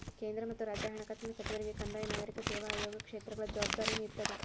ಕೇಂದ್ರ ಮತ್ತ ರಾಜ್ಯ ಹಣಕಾಸಿನ ಸಚಿವರಿಗೆ ಕಂದಾಯ ನಾಗರಿಕ ಸೇವಾ ಆಯೋಗ ಕ್ಷೇತ್ರಗಳ ಜವಾಬ್ದಾರಿನೂ ಇರ್ತದ